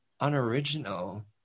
unoriginal